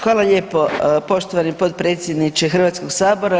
Hvala lijepo poštovani potpredsjedniče Hrvatskoga sabora.